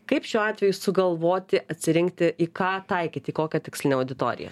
kaip šiuo atveju sugalvoti atsirinkti į ką taikyti į kokią tikslinę auditoriją